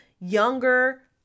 younger